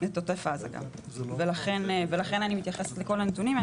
את עוטף עזה גם, ולכן אני מתייחסת לכל הנתונים.